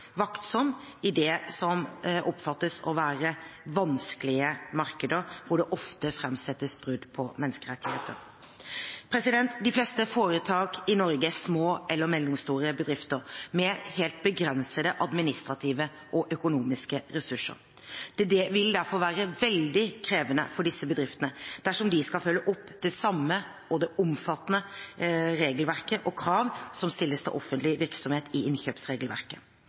vaktsom overfor det som oppfattes å være vanskelige markeder i stater hvor det ofte framsettes påstander om brudd på menneskerettighetene. De fleste foretak i Norge er små eller mellomstore bedrifter med begrensede administrative og økonomiske ressurser. Det vil derfor være veldig krevende for disse bedriftene dersom de skal følge opp de samme og omfattende kravene som stilles til offentlig virksomhet i innkjøpsregelverket.